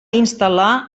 instal·lar